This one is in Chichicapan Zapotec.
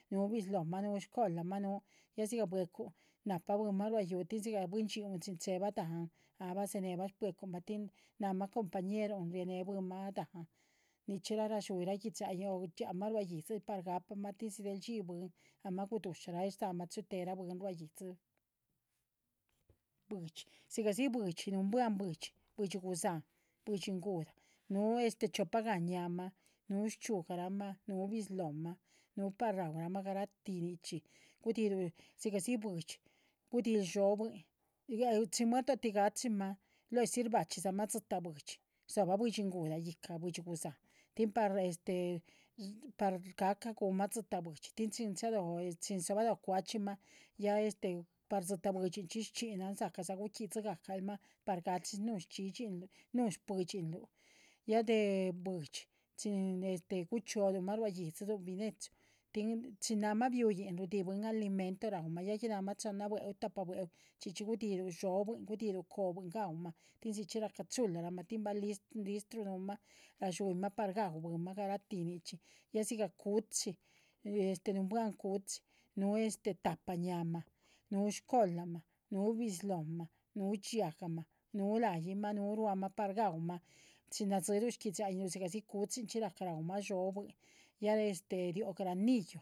Nu bizlóh´ma, nu´cola´ma nu, ya dhxigah bwecun napa bwinma rua yuhu, tín dhxigah bwín dxhíun chín cheebah dahán a bah zenebah bwecunma tin naahma compañerun rieh ne. bwinma dahán, ñicha ra ra´dxuyinra gui´dxain o dxianma rua yídzil, par gahapa´ma si del dxi bwin ama guduxaa’la aih za´hanma chuuhte´ra bwin rua yídziluh, dhxigahdzi buidxi, nuunbuah buidxi, buidxi guzahan, buidxi nguhla, nu chiopa´ga ñaa´ma, nu shchxiúgahrama, nu bizlóh´ma, nu par ga´uma garati nichxi, gudi´hiluh, dhxigahdzi buidxi gudi´hil dhxóbuhin, chín muerdoti sbachima luesi bachima dzitáh buidxi, gudzo´ba buidxi nguhla guiyáhc buidxi gusan tin par este, gacah gu´nma dzitáh buidxi tin chin dzobalo cuachima ya este par dzitáh buidxi dxinan dzacasa par gachi nuhun dxidxinlu, nuhun buidxinluh, ya de. buidxi chín guchuoluma rua yídziluh binechu tin chin nahama biuyin runi’hi bwin alimento ga´uma, ya chin nahama chiopa bwe´u tahpa bwe´u chxíchxi guni’hiluh. dhxóbuin guni’hiluh cóhbuin ga´uma tin chxíchxi gacah chula ma tin ba listru nuhma ra´dxuyinma par ga´u bwinma garahti nichxi; ya dhxígah cu’chi este, nuunbuah. cu’chi nu tahpa ñaa’ma, nu cola ma, nu bizlóhma, nu dxiahgama, nu la´yihma, nu ruá’ma par ga’uma, chin nadzilu gui´dxahinluh dhxígahdzi cu’chin racah ra’uma. dhxóbuin ya este riho granillo